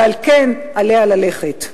ועל כן עליה ללכת.